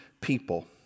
people